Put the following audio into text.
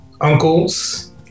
uncles